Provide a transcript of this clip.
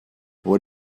what